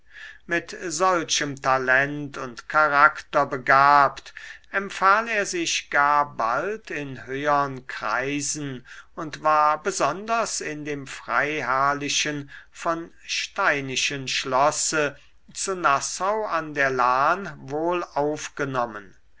mit solchem talent und charakter begabt empfahl er sich gar bald in höhern kreisen und war besonders in dem freiherrlichen von steinischen schlosse zu nassau an der lahn